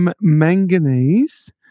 Manganese